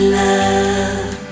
love